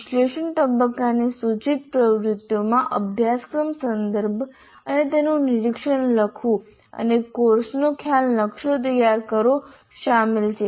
વિશ્લેષણ તબક્કાની સૂચિત પ્રવૃત્તિઓમાં અભ્યાસક્રમ સંદર્ભ અને તેનું નિરીક્ષણ લખવું અને કોર્સનો ખ્યાલ નકશો તૈયાર કરવો શામેલ છે